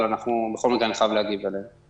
אבל בכל מקרה אני חייב להגיב עליהם.